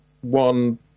one